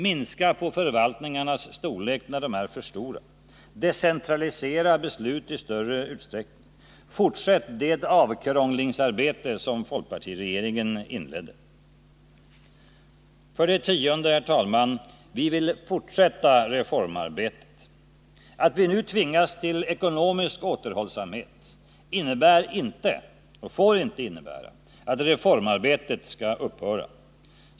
Minska på förvaltningars storlek när de är för stora. Decentralisera beslut i större utsträckning. Fortsätt det avkrånglingsarbete som folkpartiregeringen inledde. För det tionde: Vi vill fortsätta reformarbetet. Att vi nu tvingas till ekonomisk återhållsamhet innebär inte, och får inte innebära, att reformarbetet skall upphöra.